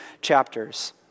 chapters